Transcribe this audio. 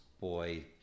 boy